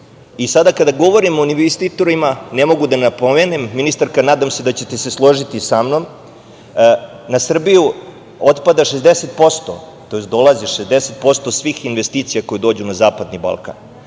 Sada kada govorimo o investitorima, moram da napomenem, ministarka, nadam se da ćete se složiti sa mnom, na Srbiju otpada 60%, tj. dolazi 60% svih investicija koje dođu na Zapadni Balkan.